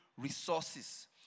resources